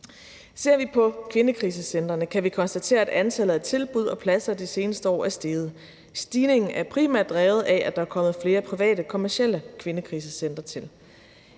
Ser vi på kvindekrisecentrene, kan vi konstatere, at antallet af tilbud og pladser de seneste år er steget. Stigningen er primært drevet af, at der er kommet flere private kommercielle kvindekrisecentre til.